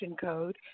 code